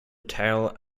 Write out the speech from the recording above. tail